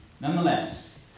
Nonetheless